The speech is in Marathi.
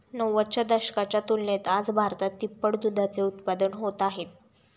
नव्वदच्या दशकाच्या तुलनेत आज भारतात तिप्पट दुधाचे उत्पादन होत आहे